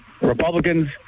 Republicans